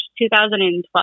2012